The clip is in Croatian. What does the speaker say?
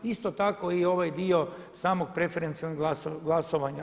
Isto tako i ovaj dio samog preferencijalnog glasovanja.